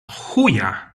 chuja